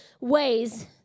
ways